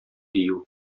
дию